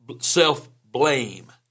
self-blame